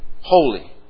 Holy